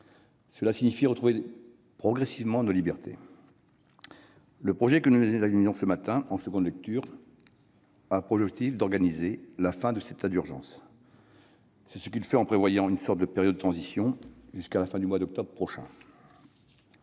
Cela signifie retrouver progressivement nos libertés. Le projet de loi que nous examinons ce matin en nouvelle lecture a pour objet d'organiser la fin de cet état d'urgence sanitaire, en prévoyant une sorte de période de transition jusqu'à la fin du mois d'octobre prochain.